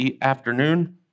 afternoon